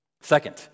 Second